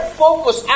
focus